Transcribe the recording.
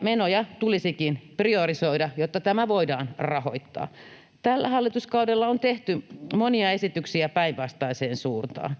menoja tulisikin priorisoida, jotta tämä voidaan rahoittaa. Tällä hallituskaudella on tehty monia esityksiä päinvastaiseen suuntaan.